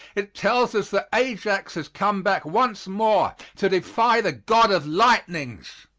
it tells us that ajax has come back once more to defy the god of lightnings.